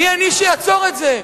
מי אני שאעצור את זה?